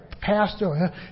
pastor